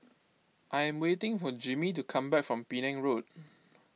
I am waiting for Jimmie to come back from Penang Road